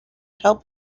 help